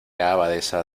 abadesa